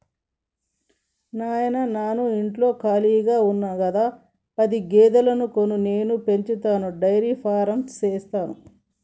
నాయిన నాను ఇంటిలో కాళిగా ఉన్న గదా పది గేదెలను కొను నేను పెంచతాను డైరీ ఫార్మింగ్ సేస్తాను